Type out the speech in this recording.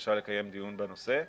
בבקשה לקיים דיון בנושא,